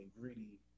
greedy